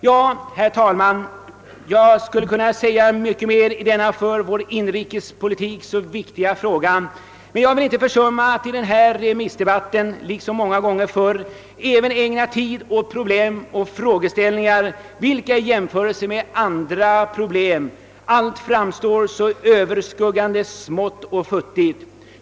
Ja, herr talman, jag skulle kunna säga mycket mer i denna för vår inrikespolitik så viktiga fråga, men jag vill inte försumma att i den här remissdebatten liksom många gånger förr även ägna tid åt problem och frågeställningar, vilka i jämförelse med andra problem framstår så överskuggande att allt annat synes så smått och futtigt.